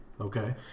Okay